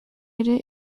ere